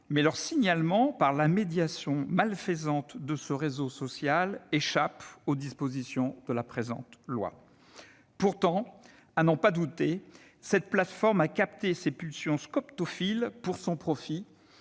mais leur signalement par la médiation malfaisante de ce réseau social échappe aux dispositions de la présente proposition de loi. Pourtant, à n'en pas douter, cette plateforme a capté ces pulsions scoptophiles pour son profit,